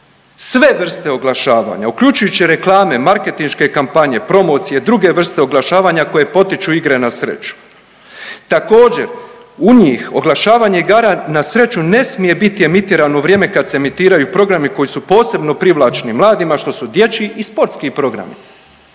Sve vrste oglašavanja uključujući reklame, marketinške kampanje, promocije, druge vrste oglašavanja koje potiču igre na sreću. Također u njih oglašavanje igara na sreću ne smije biti emitirano u vrijeme kad se emitiraju programi koji su posebno privlačni mladima što su dječji i sportski programi.